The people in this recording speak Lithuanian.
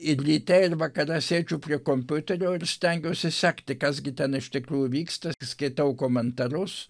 ir ryte ir vakare sėdžiu prie kompiuterio ir stengiuosi sekti kas gi ten iš tikrųjų vyksta skaitau komentarus